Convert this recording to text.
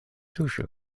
tuŝu